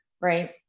right